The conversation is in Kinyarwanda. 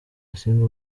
musinga